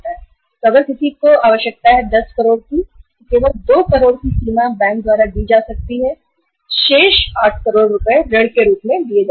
तो अगर किसी की आवश्यकता 10 करोड़ की है तो केवल 2 करोड़ की सीमा बैंक द्वारा दी जा सकती है और शेष 8 करोड रुपए ऋण के रूप में दिए जा सकते हैं